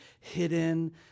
hidden